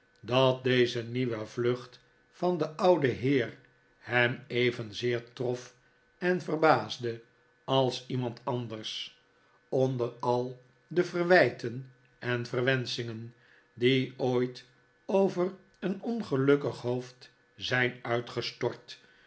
dat deze nieuwe vlucht van den ouden heer hem evenzeer trof en verbaasde als iemand anders onder al de verwijten en verwenschingen die ooit over een ongelukkig hoofd zijn uitgestort